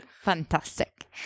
Fantastic